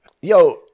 Yo